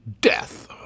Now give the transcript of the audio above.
death